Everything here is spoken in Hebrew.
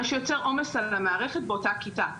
מה שיוצר עומס על המערכת באותה כיתה.